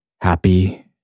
happy